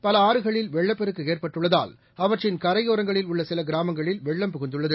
பல ஆறுகளில் வெள்ளப்பெருக்குஏற்பட்டுள்ளதால் அவற்றின் கரையோரங்களில் உள்ளசிலகிராமங்களில் வெள்ளம் புகுந்துள்ளது